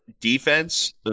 defense